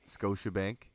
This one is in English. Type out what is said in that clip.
Scotiabank